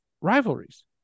rivalries